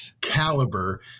caliber